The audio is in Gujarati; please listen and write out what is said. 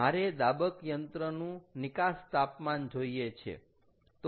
મારે દાબક યંત્રનું નિકાસ તાપમાન જોઈએ છે